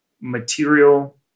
material